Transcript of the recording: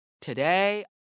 today